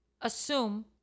assume